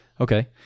Okay